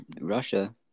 Russia